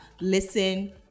listen